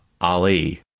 Ali